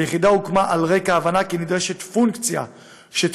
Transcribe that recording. היחידה הוקמה על רקע הבנה כי נדרשת פונקציה שתתאם